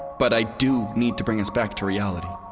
but i do need to bring us back to reality